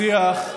השיח על בחירות,